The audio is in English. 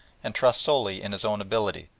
and trust solely in his own ability.